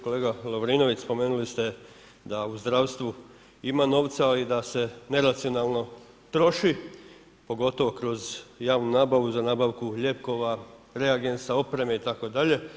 Kolega Lovirnović, spomenuli ste, da u zdravstvu ima novca a i da se neracionalno troši pogotovo kroz javnu nabavu, za nabavku lijekova, reagensa, opreme, itd.